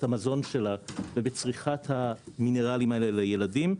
המזון שלה ובצריכת המינרלים האלה לילדים.